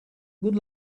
good